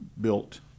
built